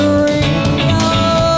real